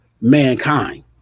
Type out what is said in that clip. mankind